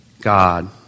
God